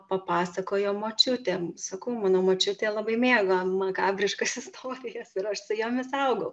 papasakojo močiutė sakau mano močiutė labai mėgo makabriškas istorijas ir aš su jomis augau